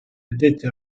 addetti